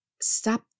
Stop